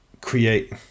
create